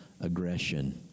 aggression